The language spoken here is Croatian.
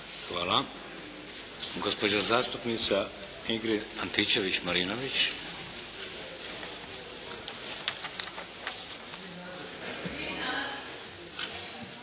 Hvala. Gospođa zastupnica Ingrid Antičević-Marinović.